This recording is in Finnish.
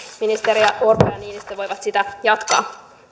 ministerit orpo ja niinistö voivat sitä jatkaa